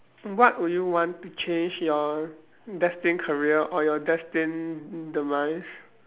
what would you want to change your destined career or your destined demise